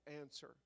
answer